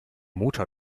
motor